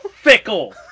Fickle